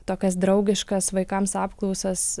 tokias draugiškas vaikams apklausas